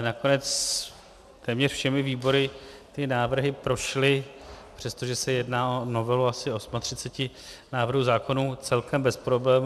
Nakonec téměř všemi výbory ty návrhy prošly, přestože se jedná o novelu asi 38 návrhů zákonů, celkem bez problémů.